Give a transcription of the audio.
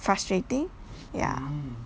frustrating ya